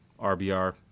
RBR